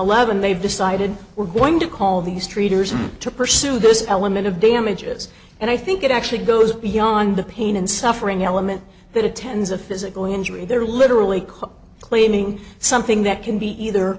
eleven they've decided we're going to call these traders to pursue this element of damages and i think it actually goes beyond the pain and suffering element that attends a physical injury and they're literally caught claiming something that can be either